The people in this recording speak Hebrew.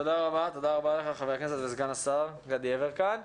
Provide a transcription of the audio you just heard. תודה רבה לך חבר הכנסת וסגן השר גדי יברקן.